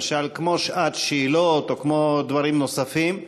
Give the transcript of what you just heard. למשל שעת שאלות ודברים נוספים,